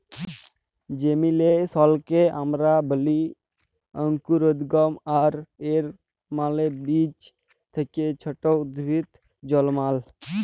জেমিলেসলকে আমরা ব্যলি অংকুরোদগম আর এর মালে বীজ থ্যাকে ছট উদ্ভিদ জলমাল